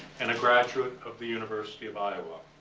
and a graduate of the university of iowa.